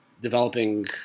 developing